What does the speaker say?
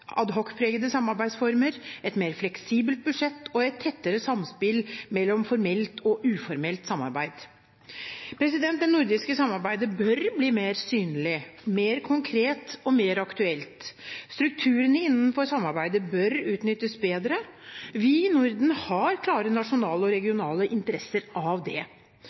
samarbeidsformer, et mer fleksibelt budsjett og et tettere samspill mellom formelt og uformelt samarbeid. Det nordiske samarbeidet bør bli mer synlig, mer konkret og mer aktuelt. Strukturene innenfor samarbeidet bør utnyttes bedre. Vi i Norden har klare nasjonale og regionale interesser av det.